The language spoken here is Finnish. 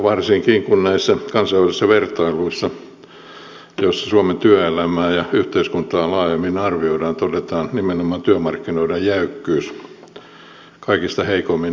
varsinkin kun näissä kansainvälisissä vertailuissa joissa suomen työelämää ja yhteiskuntaa laajemmin arvioidaan todetaan nimenomaan työmarkkinoiden jäykkyys kaikista heikoimmin hoidetuksi osa alueeksi